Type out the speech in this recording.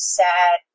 sad